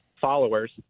followers